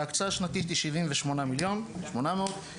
ההקצאה השנתית היא 78.8 מיליון,